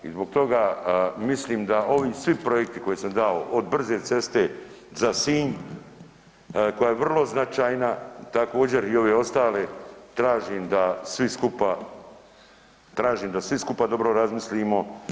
I zbog toga mislim da ovi svi projekti koje sam dao od brze ceste za Sinj koja je vrlo značajna, također i ove ostale, tražim da svi skupa, tražim da svi skupa dobro razmislimo.